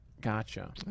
gotcha